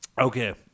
Okay